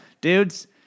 dudes